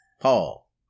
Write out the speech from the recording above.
Paul